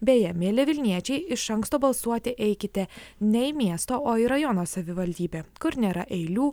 beje mili vilniečiai iš anksto balsuoti eikite ne miesto o į rajono savivaldybę kur nėra eilių